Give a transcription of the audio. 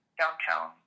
downtown